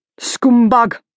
scumbag